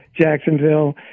Jacksonville